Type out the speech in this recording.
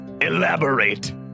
Elaborate